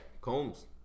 Combs